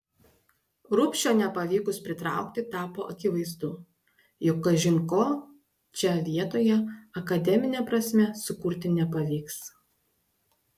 rubšio nepavykus pritraukti tapo akivaizdu jog kažin ko čia vietoje akademine prasme sukurti nepavyks